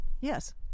Yes